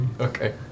Okay